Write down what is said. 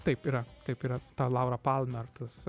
taip yra taip yra ta laura palmer tas